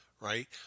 Right